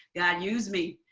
god, use me,